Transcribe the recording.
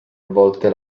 volte